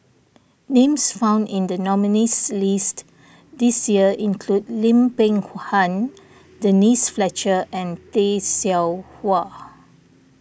names found in the nominees' list this year include Lim Peng Han Denise Fletcher and Tay Seow Huah